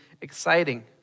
exciting